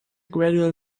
gradual